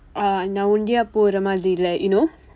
uh நான் ஒண்டியா போற மாதிரி இல்ல:naan ondiyaa poora maathiri illa you know